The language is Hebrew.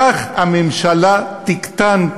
כך הממשלה תקטן,